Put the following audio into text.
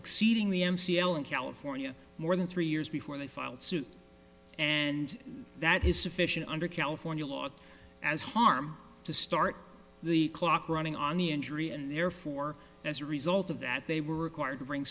exceeding the n c l in california more than three years before they filed suit and that is sufficient under california law as harm to start the clock running on the injury and therefore as a result of that they were required to bring